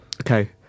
Okay